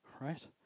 right